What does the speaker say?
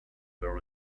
were